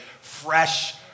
fresh